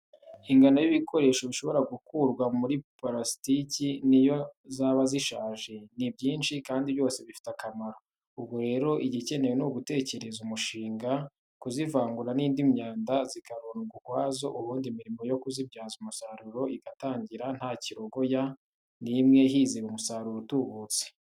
Ingano y'ibikoresho bishobora gukorwa muri purasitiki n'iyo zaba zishaje, ni byinshi kandi byose bifite akamaro, ubwo rero igikenewe ni ugutekereza umushinga, kuzivangura n'indi myanda zikarundwa ukwazo ubundi imirimo yo kuzibyaza umusaruro igatangira nta kirogoya n'imwe hizewe umusaruro utubutse.